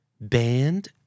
band